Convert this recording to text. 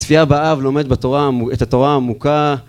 צפייה באב לומד את התורה העמוקה